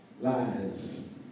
lies